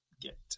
get